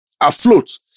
afloat